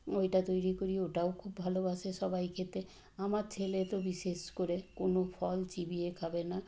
ওইটা তৈরি করি ওটাও খুব ভালোবাসে সবাই খেতে আমার ছেলে তো বিশেষ করে কোনও ফল চিবিয়ে খাবে না